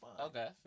Okay